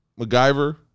MacGyver